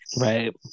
Right